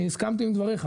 אני הסכמתי עם דבריך,